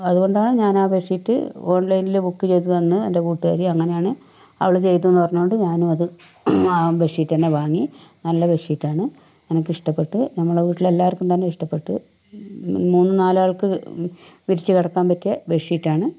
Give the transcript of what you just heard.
അതുകൊണ്ടാണ് ഞാനാ ബെഡ്ഷീറ്റ് ഓൺലൈനില് ബുക്ക് ചെയ്തു തന്ന് എൻ്റെ കൂട്ടുകാരി അങ്ങനാണ് അവള് ചെയ്തൂന്ന് പറഞ്ഞതുകൊണ്ട് ഞാനും അത് ആ ബെഡ്ഷീറ്റ് തന്നെ വാങ്ങി നല്ല ബെഡ്ഷീറ്റാണ് എനക്കിഷ്ടപ്പെട്ടു നമ്മളെ വീട്ടില് എല്ലാർക്കും തന്നെ ഇഷ്ടപ്പെട്ടു മൂന്ന് നാലാൾക്ക് വിരിച്ചു കിടക്കാൻ പറ്റിയ ബെഡ്ഷീറ്റാണ്